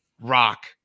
Rock